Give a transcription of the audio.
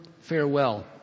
farewell